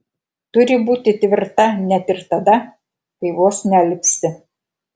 turi būti tvirta net ir tada kai vos nealpsti